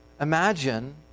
Imagine